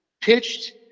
pitched